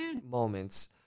moments